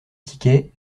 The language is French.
tickets